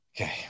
Okay